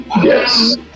Yes